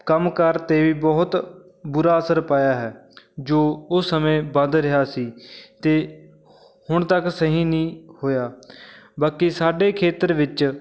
ਕੰਮਕਾਰ 'ਤੇ ਵੀ ਬਹੁਤ ਬੁਰਾ ਅਸਰ ਪਾਇਆ ਹੈ ਜੋ ਉਸ ਸਮੇਂ ਬੰਦ ਰਿਹਾ ਸੀ ਅਤੇ ਹੁਣ ਤੱਕ ਸਹੀ ਨਹੀਂ ਹੋਇਆ ਬਾਕੀ ਸਾਡੇ ਖੇਤਰ ਵਿੱਚ